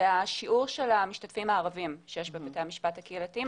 השיעור של המשתתפים הערבים בבתי המשפט הקהילתיים.